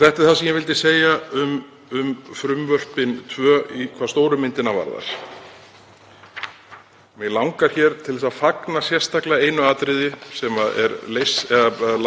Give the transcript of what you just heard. Þetta er það sem ég vildi segja um frumvörpin tvö hvað stóru myndina varðar. Mig langar til að fagna sérstaklega einu atriði sem er